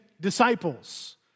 disciples